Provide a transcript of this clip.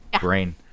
brain